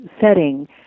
setting